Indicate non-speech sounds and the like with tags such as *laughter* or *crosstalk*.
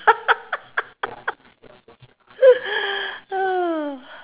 *laughs*